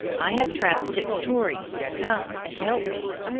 i have trapped six tories. come and help me.